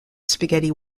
spaghetti